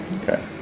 Okay